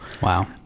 Wow